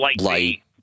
light